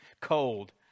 cold